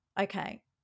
okay